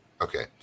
Okay